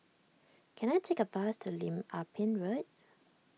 can I take a bus to Lim Ah Pin Road